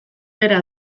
bera